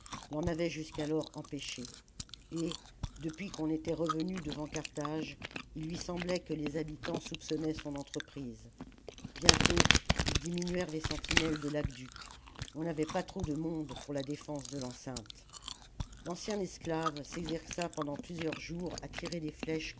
l'en avait jusqu'alors empêché et depuis qu'on était revenu devant carthage il lui semblait que les habitants soupçonnaient son entreprise bientôt ils diminuèrent les sentinelles de l'aqueduc on n'avait pas trop de monde pour la défense de l'enceinte l'ancien esclave s'exerça pendant plusieurs jours à tirer des flèches